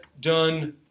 done